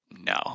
no